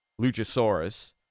Luchasaurus